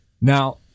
now